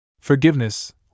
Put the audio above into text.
Forgiveness